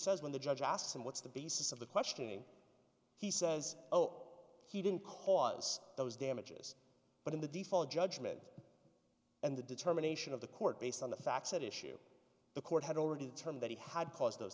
says when the judge asked him what's the basis of the questioning he says oh he didn't cause those damages but in the default judgment and the determination of the court based on the facts at issue the court had already the term that he had caused those